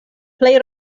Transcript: plej